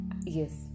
Yes